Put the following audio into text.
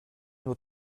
nur